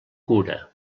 cura